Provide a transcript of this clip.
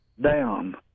down